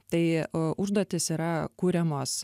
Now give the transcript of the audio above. tai užduotys yra kuriamos